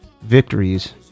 victories